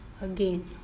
again